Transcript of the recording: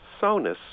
Sonus